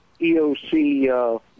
EOC